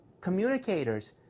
communicators